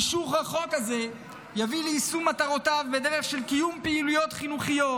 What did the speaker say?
אישור החוק הזה יביא ליישום מטרותיו בדרך של קיום פעילויות חינוכיות,